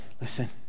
listen